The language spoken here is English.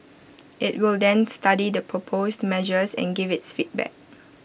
IT will then study the proposed measures and give its feedback